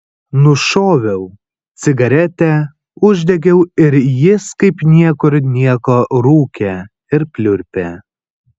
nušoviau cigaretę uždegiau ir jis kaip niekur nieko rūkė ir pliurpė